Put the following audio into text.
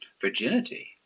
Virginity